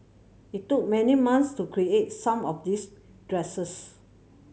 it took many months to create some of these dresses